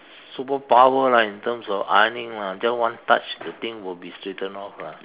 superpower like in terms of ironing lah just one touch the thing will be straightened off lah